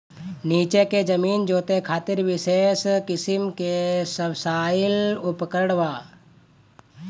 नीचे के जमीन जोते खातिर विशेष किसिम के सबसॉइल उपकरण बा